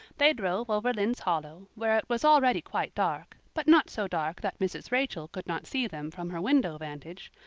they drove over lynde's hollow, where it was already quite dark, but not so dark that mrs. rachel could not see them from her window vantage,